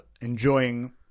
enjoying